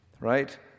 right